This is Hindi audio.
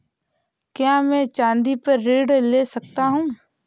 क्या मैं चाँदी पर ऋण ले सकता हूँ?